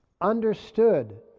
understood